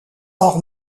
hors